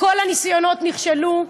כל הניסיונות נכשלו.